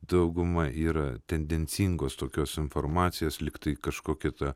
dauguma yra tendencingos tokios informacijos lygtai kažkokia ta